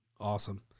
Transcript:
Awesome